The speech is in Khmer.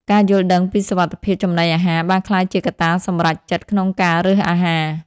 ការយល់ដឹងពីសុវត្ថិភាពចំណីអាហារបានក្លាយជាកត្តាសម្រេចចិត្តក្នុងការរើសអាហារ។